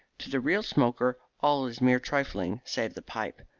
to the real smoker all is mere trifling save the pipe.